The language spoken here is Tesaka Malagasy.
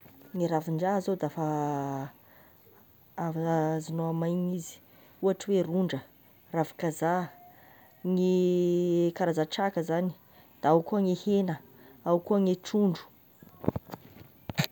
Ny ravin-draha zao dafa azognao amaigniny izy, ohatry oe rondra, ravikazaha, gny karaza-traka zagny, da ao koa ny hena, ao koa ny trondro.